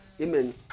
Amen